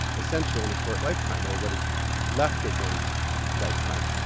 essentially, in a short lifetime or what is left of one's lifetime?